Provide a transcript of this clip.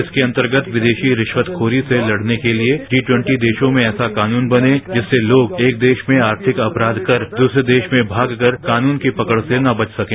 इसके अंतर्गत विदेशी रिखतखोरी से लड़ने के लिए जी ट्वेंटी देशों में ऐसा कानून बने जिससे लोग एक देश में आर्थिक अपराध कर दूसरे देश में भाग कर कानून की पकड़ से न बच सकें